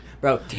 Bro